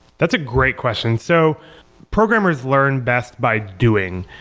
that's a great question. so programmers learn best by doing.